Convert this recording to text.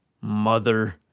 Mother